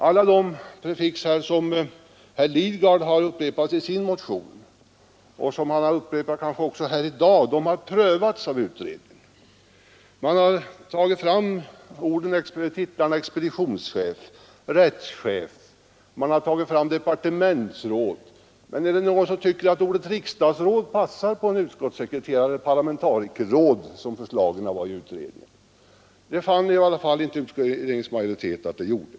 Alla de prefix som herr Lidgard anfört i sin motion och som han upprepat i dag har prövats av utredningen. Man har t.ex. gått igenom titlarna expeditionschef, rättschef och departementsråd. Men passar ordet riksdagsråd på en utskottssekreterare — eller parlamentarikerråd, som ett av förslagen löd? Det fann i varje fall inte utredningens majoritet att det gjorde.